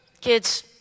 Kids